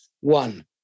one